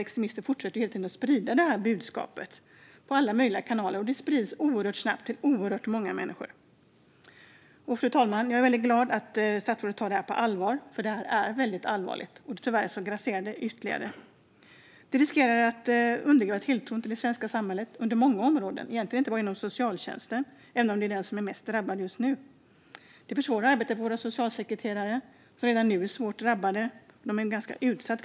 Extremister fortsätter att sprida detta budskap i alla möjliga kanaler, och det sprids oerhört snabbt till väldigt många människor. Fru talman! Jag är glad över att statsrådet tar problemet på allvar, för det är väldigt allvarligt och grasserar. Det riskerar att undergräva tilltron till samhället på många områden, inte bara inom socialtjänsten, även om den just nu är värst drabbad. Det här försvårar arbetet för våra socialsekreterare, som redan nu är ganska utsatta.